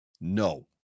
No